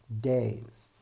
days